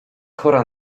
chora